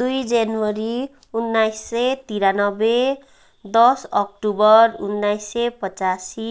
दुई जनवरी उन्नाइस सय त्रियानब्बे दस अक्टोबर उन्नाइस सय पचासी